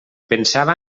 pensava